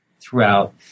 throughout